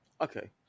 okay